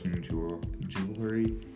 jewelry